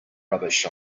rubbish